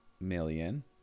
million